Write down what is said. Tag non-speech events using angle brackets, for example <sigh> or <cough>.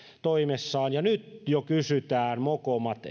toimessaan ja nyt jo mokomat <unintelligible>